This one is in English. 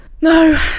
No